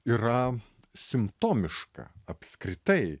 yra simptomiška apskritai